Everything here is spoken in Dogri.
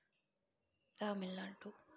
तमिल नाडु